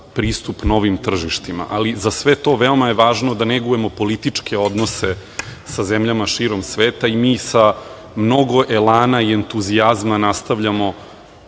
pristup novim tržištima. Ali, za sve veoma je važno da negujemo političke odnose sa zemljama širom sveta i mi sa mnogo elana i entuzijazma nastavljamo